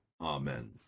Amen